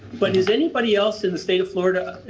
but is anybody else in the state of florida.